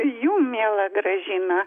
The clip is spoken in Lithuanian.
jum miela gražina